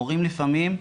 הורים לפעמים,